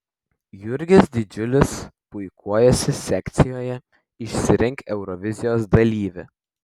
jurgis didžiulis puikuojasi sekcijoje išsirink eurovizijos dalyvį